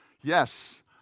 yes